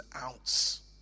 ounce